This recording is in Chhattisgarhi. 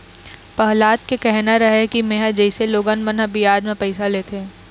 पहलाद के कहना रहय कि मेंहा जइसे लोगन मन ह बियाज म पइसा लेथे,